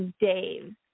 Dave